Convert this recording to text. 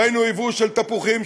ראינו יבוא של תפוחים,